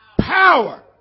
power